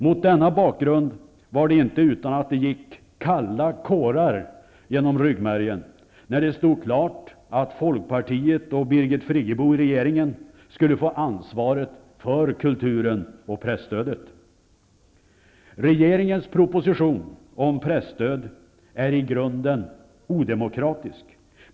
Mot denna bakgrund var det inte utan att det gick kalla kårar genom ryggmärgen, när det stod klart att Folkpartiet och Birgit Friggebo i regeringen skulle få ansvaret för kulturen och presstödet. Regeringens proposition om presstöd är i grunden odemokratisk.